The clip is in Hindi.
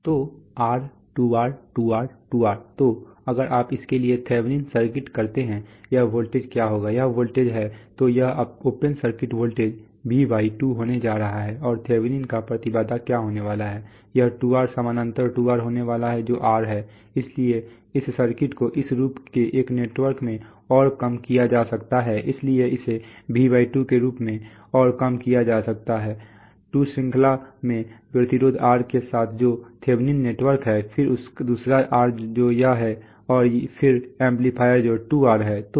तो R 2R 2R 2R तो अगर आप इसके लिए थेवेनिन सर्किट करते हैं यह वोल्टेज क्या होगा यह वोल्टेज है तो ये ओपन सर्किट वोल्टेज V2 होने जा रहा है और थेवेनिन का प्रतिबाधा क्या होने वाला है यह 2R समानांतर 2R होने वाला है जो R है इसलिए इस सर्किट को इस रूप के एक नेटवर्क में और कम किया जा सकता है इसलिए इसे V2 के रूप में और कम किया जा सकता है 2 श्रृंखला में प्रतिरोध R के साथ जो थेवेनिन नेटवर्क है फिर दूसरा R जो यह है और फिर एम्पलीफायर जो 2R है